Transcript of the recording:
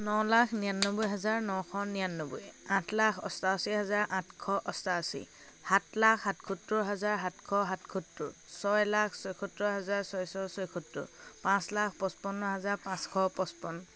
ন লাখ নিৰান্নব্বৈ হাজাৰ নশ নিৰান্নব্বৈ আঠ লাখ অষ্টাশী হাজাৰ আঠশ অষ্টাশী সাত লাখ সাতসত্তৰ হাজাৰ সাতশ সাতসত্তৰ ছয় লাখ ছয়সত্তৰ হাজাৰ ছয়শ ছয়সত্তৰ পাঁচ লাখ পঁচপন্ন হাজাৰ পাঁচশ পঁচপন্ন